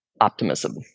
Optimism